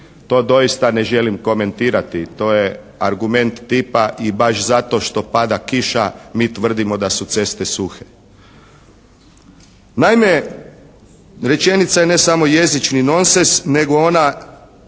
to doista ne želim komentirati, to je argument tipa i baš zato što pada kiša mi tvrdimo da su ceste suhe. Naime, rečenica je ne samo jezični nonsens nego ona